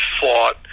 fought